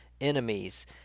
enemies